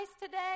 today